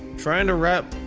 try'in to wrap.